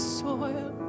soil